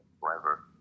forever